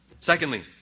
Secondly